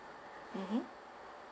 mmhmm